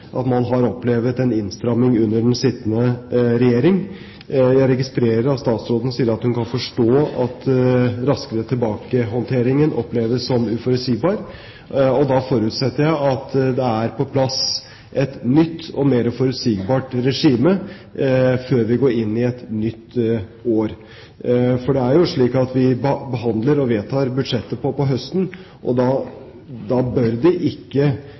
man har opplevd en innstramming under den sittende regjering. Jeg registrerer at statsråden sier at hun kan forstå at Raskere tilbake-håndteringen oppleves som uforutsigbar. Da forutsetter jeg at det er på plass et nytt og mer forutsigbart regime før vi går inn i et nytt år. For det er jo slik at vi behandler og vedtar budsjettet om høsten. Da bør det ikke